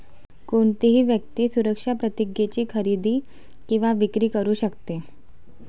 कोणतीही व्यक्ती सुरक्षा प्रतिज्ञेची खरेदी किंवा विक्री करू शकते